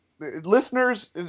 Listeners